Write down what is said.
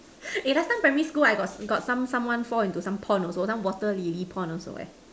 eh last time primary school I got got some someone fall into some pond also some water Lily pond also eh